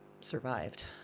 Survived